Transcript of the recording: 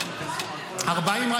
רק --- תקציב ב-40 מנדטים,